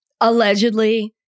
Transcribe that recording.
allegedly